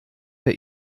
herr